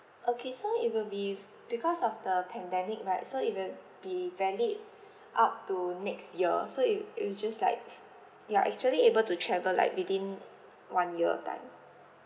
okay so it will be f~ because of the pandemic right so it will be valid up to next year so it it will just like you are actually able to travel like within one year time